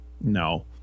No